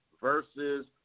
versus